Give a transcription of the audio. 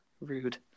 Rude